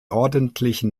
ordentlichen